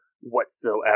whatsoever